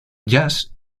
jazz